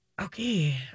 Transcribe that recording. Okay